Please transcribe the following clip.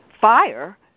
fire